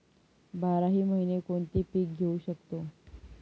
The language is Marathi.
बाराही महिने कोणते पीक घेवू शकतो?